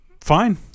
fine